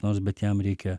nors bet jam reikia